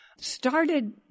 started